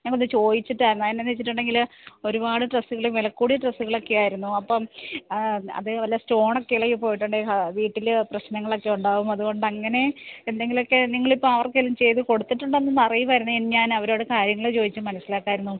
ഞങ്ങൾ ഒന്ന് ചോദിച്ചിട്ടായിരുന്നു അത് എന്താണെന്ന് വെച്ചിട്ടുണ്ടെങ്കിൽ ഒരുപാട് ഡ്രസ്സുകൾ വില കൂടിയ ഡ്രസ്സുകളൊക്കെ ആയിരുന്നു അപ്പം അതിൽ വല്ല സ്റ്റോണൊക്കെ ഇളകി പോയിട്ടുണ്ടെങ്കിൽ ഹാ വീട്ടിൽ പ്രശ്നങ്ങളൊക്കെ ഉണ്ടാകും അതുകൊണ്ട് അങ്ങനെ എന്തെങ്കിലും ഒക്കെ നിങ്ങൾ ഇപ്പം ആർക്കെങ്കിലും ചെയ്തുകൊടുത്തിട്ടുണ്ടെൽ ഒന്ന് പറയുവായിരുന്നെങ്കിൽ ഞാൻ അവരോട് കാര്യങ്ങൾ ചോദിച്ച് മനസ്സിലാക്കാമായിരുന്നു